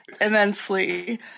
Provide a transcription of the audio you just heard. immensely